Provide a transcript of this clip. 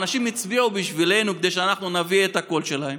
אנשים הצביעו בשבילנו כדי שאנחנו נביא את הקול שלהם.